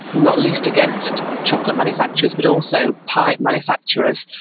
not least against chocolate manufacturers but also pipe manufacturers,